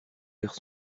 vers